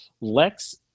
Lex